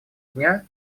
дня